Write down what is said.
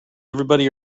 everybody